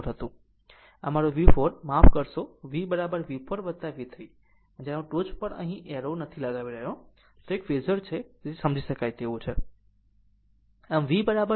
આમ મારો V4 માફ કરશો VV4 V3 તે જ્યારે પણ હું ટોચ પર એરો નથી લગાવી રહ્યો ત્યારે તે એક ફેઝર છે તે સમજી શકાય તેવું છે